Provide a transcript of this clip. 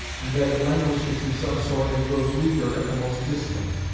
and that it languishes in some sort and grows weaker at the most distant,